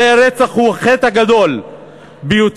הרי הרצח הוא החטא הגדול ביותר,